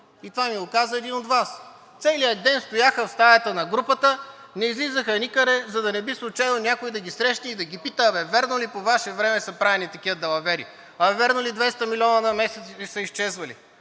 и това ми го каза един от Вас. Целият ден стояха в стаята на групата, не излизаха никъде, за да не би случайно някой да ги срещне и да ги пита: „А бе, вярно ли по Ваше време са правени такива далавери? А бе, вярно ли 200 милиона на месец са Ви изчезвали?